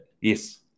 Yes